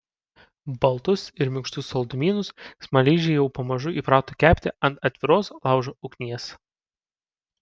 baltus ir minkštus saldumynus smaližiai jau pamažu įprato kepti ant atviros laužo ugnies